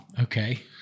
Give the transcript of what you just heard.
Okay